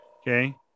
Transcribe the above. Okay